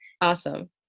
awesome